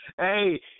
Hey